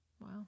Wow